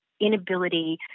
inability